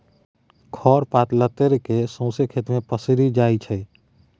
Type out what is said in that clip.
खर पात लतरि केँ सौंसे खेत मे पसरि जाइ छै